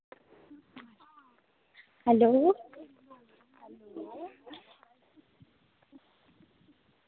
hello